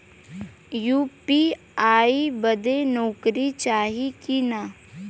UPI बदे नौकरी चाही की ना?